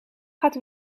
gaat